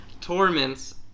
torments